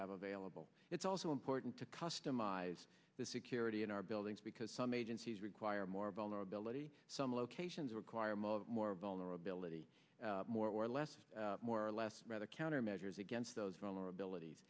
have available it's also important to customize the security in our buildings because some agencies require more vulnerability some locations require more more vulnerability more or less more or less rather countermeasures against those vulnerabilities